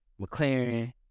McLaren